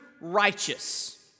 righteous